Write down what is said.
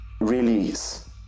release